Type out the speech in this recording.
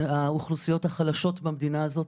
האוכלוסיות החלשות במדינה הזאת.